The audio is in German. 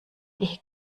die